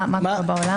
מה קורה בעולם?